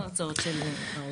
צביקה,